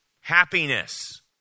happiness